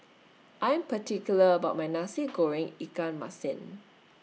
I'm particular about My Nasi Goreng Ikan Masin